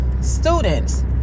students